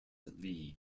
league